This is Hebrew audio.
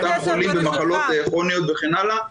אותם חולים במחלות כרוניות וכן הלאה.